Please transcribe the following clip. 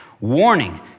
warning